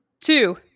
two